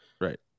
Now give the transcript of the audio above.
right